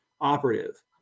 operative